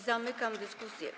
Zamykam dyskusję.